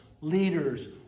leaders